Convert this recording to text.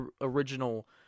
original